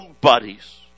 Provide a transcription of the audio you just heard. buddies